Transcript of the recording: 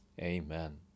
Amen